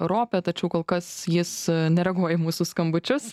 ropė tačiau kol kas jis nereaguoja į mūsų skambučius